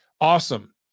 Awesome